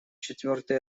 четвертый